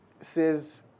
says